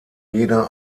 jeder